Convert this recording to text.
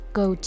go